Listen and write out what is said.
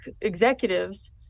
executives